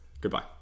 Goodbye